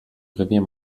revier